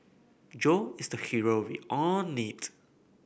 Joe is the hero we all need